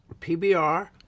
PBR